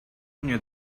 near